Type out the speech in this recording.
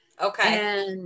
Okay